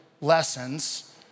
lessons